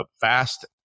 fast